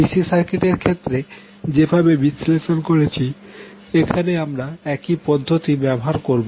DC circuit এর ক্ষেত্রে যেভাবে বিশ্লেষণ করেছি এখানে আমরা একই পদ্ধতি ব্যবহার করবো